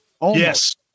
Yes